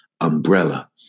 umbrella